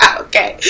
okay